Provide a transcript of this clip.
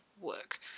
work